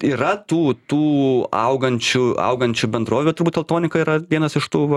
yra tų tų augančių augančių bendrovių turbūt teltonika yra vienas iš tų va